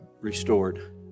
restored